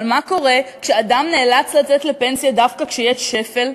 אבל מה קורה כשאדם נאלץ לצאת לפנסיה דווקא כשיש שפל?